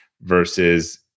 versus